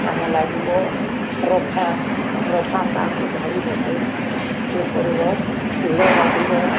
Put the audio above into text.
କାମ ଲାଗିବ ରଫା ରଫା ତାକୁ ଧାଡ଼ି ବନାଇ ଇଏ କରିବ ହିଡ଼ ବାନ୍ଧିବ